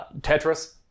Tetris